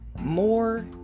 more